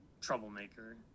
troublemaker